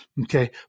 Okay